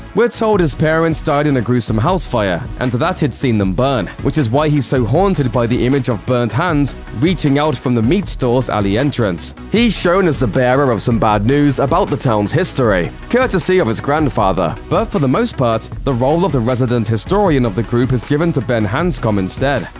we're told his parents died in a gruesome house fire and that he'd seen them burn, which is why he's so haunted by the image of burnt hands reaching out from the meat store's alley entrance. he's shown as the bearer of some bad news about the town's history, courtesy of his grandfather, but for the most part, the role of the resident historian of the group is given to ben hanscom instead.